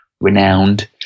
renowned